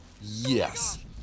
Yes